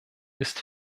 ist